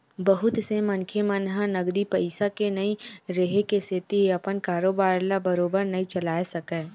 बहुत से मनखे मन ह नगदी पइसा के नइ रेहे के सेती अपन कारोबार ल बरोबर नइ चलाय सकय